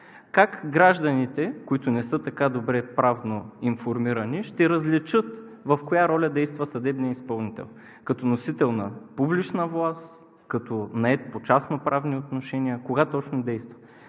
Как гражданите, които не са добре правно информирани, ще различат в коя роля действа съдебният изпълнител – като носител на публична власт, като нает по частно-правни отношения, кога точно действа?